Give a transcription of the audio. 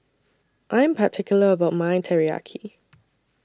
I Am particular about My Teriyaki